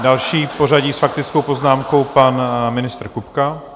Další v pořadí s faktickou poznámkou, pan ministr Kupka.